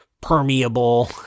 permeable